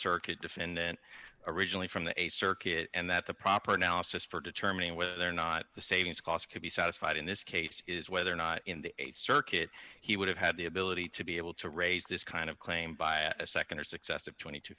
circuit defendant originally from the a circuit and that the proper analysis for determining whether or not the savings cost could be satisfied in this case is whether or not in the circuit he would have had the ability to be able to raise this kind of claim by a nd or successive twenty to